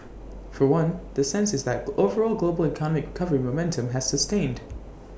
for one the sense is that overall global economic recovery momentum has sustained